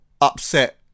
upset